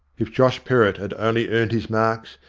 if josh perrott had only earned his marks,